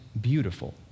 beautiful